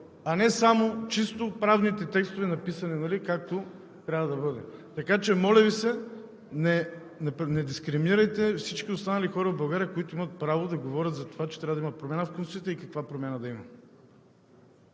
а не само чисто правните текстове, написани както трябва да бъдат. Така че, моля Ви се, не дискриминирайте всички останали хора в България, които имат право да говорят за това, че трябва да има промяна в Конституцията и каква промяна да има.